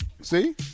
See